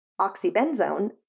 oxybenzone